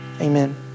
Amen